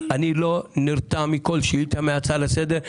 אני לא נרתע מכל שאילתה והצעה לסדר.